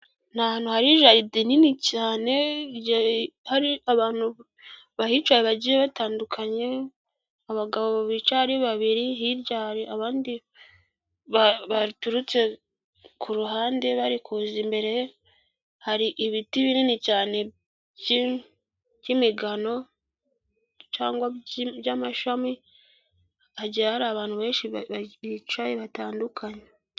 Ni ahantu hari jaride nini cyane hari abantu bahicaye bagiye batandukanye, abagabo bicaye ari babiri hirya abandi baturutse ku ruhande bari kuza imbere hari ibiti binini cyane by'imigano, by'amashami, hari abantu benshi bicayi batandukanye.